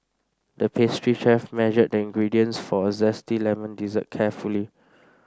the pastry chef measured the ingredients for a zesty lemon dessert carefully